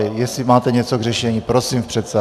Jestli máte něco k řešení, prosím v předsálí.